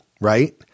right